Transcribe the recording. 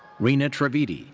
reena trivedi.